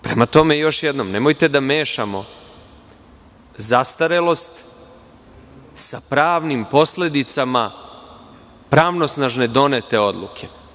Prema tome, još jednom, nemojte da mešamo zastarelost sa pravnim posledicama pravosnažne donete odluke.